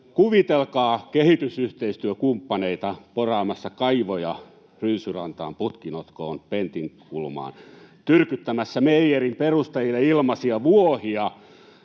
Kuvitelkaa kehitysyhteistyökumppaneita poraamassa kaivoja Ryysyrantaan, Putkinotkoon, Pentinkulmaan, tyrkyttämässä meijerin perustajille ilmaisia vuohia,